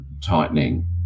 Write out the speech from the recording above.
tightening